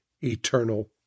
eternal